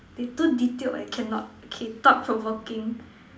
they too detailed I cannot okay thought provoking